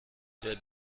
der